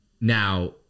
Now